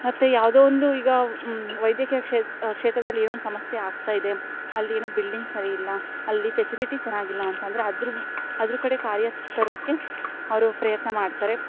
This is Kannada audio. ಮತ್ತು ಯಾವುದೋ ಒಂದು ಈಗ ವೈದಕೀಯ ಕ್ಷೇತ್ರದಲ್ಲಿ ಏನೋ ಒಂದು ಸಮಸ್ಯೆ ಆಗ್ತಾಯಿದೆ ಅಲ್ಲಿ ಏನೋ ಬಿಲ್ಡಿಂಗ್ ಸರಿಯಿಲ್ಲ ಅಲ್ಲಿ ಫೆಸಿಲಿಟಿ ಚೆನ್ನಾಗಿಲ್ಲ ಅಂತಂದರೆ ಅದ್ರ ಅದ್ರ ಕಡೆ ಕಾರ್ಯ ತರೋಕೆ ಅವರು ಪ್ರಯತ್ನ ಮಾಡ್ತಾರೆ